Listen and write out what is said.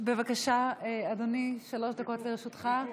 בבקשה, אדוני, שלוש דקות לרשותך.